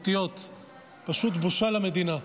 פשוט בושה למדינה.